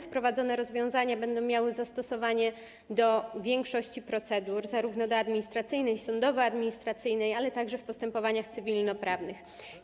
Wprowadzone rozwiązania będą miały zastosowanie do większości procedur, zarówno do administracyjnych, jak i sądowo-administracyjnych, ale także w postępowaniach cywilnoprawnych.